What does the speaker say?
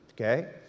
okay